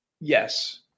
yes